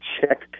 check